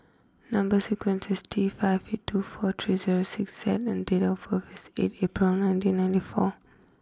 number is T five eight two four three zero six Z and date of birth is eight April nineteen ninety four